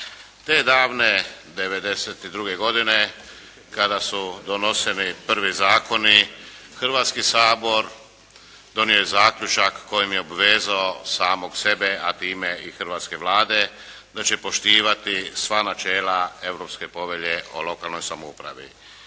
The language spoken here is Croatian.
Te davne '92. godine, kada su donoseni prvi zakoni, Hrvatski sabor donio je zaključak kojim je obvezao samog sebe, a time i hrvatske Vlade, da će poštivati sva načela Europske povelje o lokalnoj samoupravi.